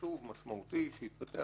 חשוב ומשמעותי שהתפתח